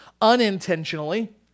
unintentionally